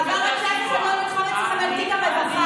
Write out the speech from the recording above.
חבל רק שאף אחד לא נלחם אצלכם על תיק הרווחה.